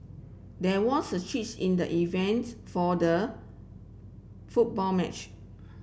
there was a in the evens for the football match